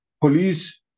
police